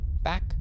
back